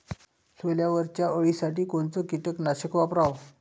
सोल्यावरच्या अळीसाठी कोनतं कीटकनाशक वापराव?